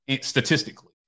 statistically